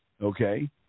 okay